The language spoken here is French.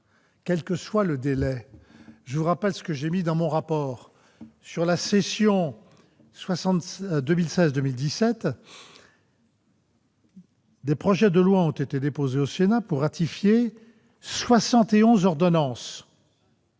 quel que soit le délai. Je veux rappeler des chiffres qui figurent dans mon rapport : pour la session 2016-2017, des projets de loi ont été déposés au Sénat pour ratifier 71 ordonnances.